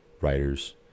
writers